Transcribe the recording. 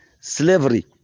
slavery